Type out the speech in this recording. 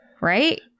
right